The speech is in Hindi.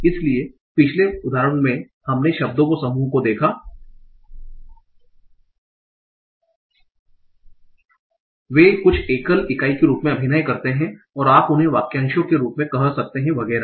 इसलिए पिछले उदाहरण में हमने शब्दों के समूह को देखा वे कुछ एकल इकाई के रूप में अभिनय करते हैं और आप उन्हें वाक्यांशों के रूप में कह सकते हैं वगैरह